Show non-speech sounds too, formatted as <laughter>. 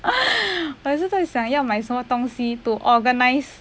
<laughs> 我也是在想要买什么东西 to organize